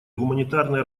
гуманитарные